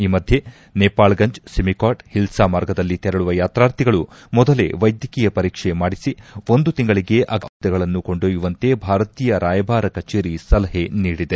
ಈ ಮಧ್ಯೆ ನೇಪಾಳ್ಗಂಜ್ ಸಿಮಿಕಾಟ್ ಹಿಲ್ನಾ ಮಾರ್ಗದಲ್ಲಿ ತೆರಳುವ ಯಾತಾರ್ಥಿಗಳು ಮೊದಲೇ ವೈದ್ಯಕೀಯ ಪರೀಕ್ಷೆ ಮಾಡಿಸಿ ಒಂದು ತಿಂಗಳಿಗೆ ಅಗತ್ತವಿರುವ ಔಷಧಗಳನ್ನು ಕೊಂಡೊಯ್ನುವಂತೆ ಭಾರತೀಯ ರಾಯಭಾರ ಕಚೇರಿ ಸಲಹೆ ನೀಡಿದೆ